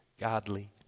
godly